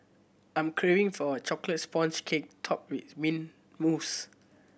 I'm craving for a chocolate sponge cake topped with mint mousse